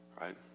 Right